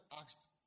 asked